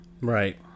Right